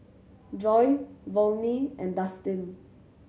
Joy Volney and Dustin